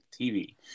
TV